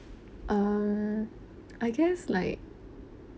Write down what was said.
err I guess like